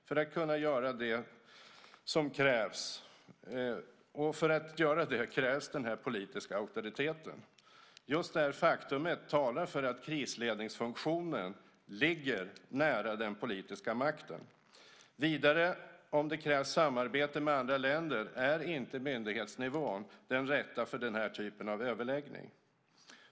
För att kunna göra detta krävs den här politiska auktoriteten. Just detta faktum talar för att krisledningsfunktionen ligger nära den politiska makten. Vidare är myndighetsnivån, om det krävs samarbete med andra länder, inte den rätta för den här typen av överläggning.